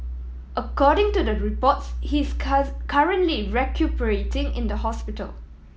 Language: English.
according to the reports he is currently recuperating in the hospital